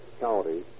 county